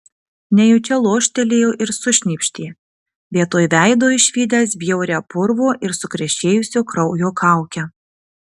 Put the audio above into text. nejučia loštelėjo ir sušnypštė vietoj veido išvydęs bjaurią purvo ir sukrešėjusio kraujo kaukę